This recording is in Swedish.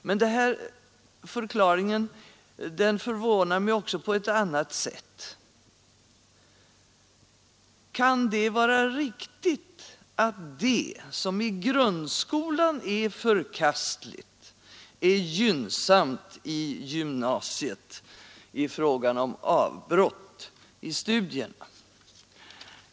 Kan det för övrigt vara riktigt att avbrott i studierna är något förkastligt i grundskolan men gynnsamt i gymnasiet?